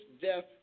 death